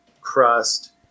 crust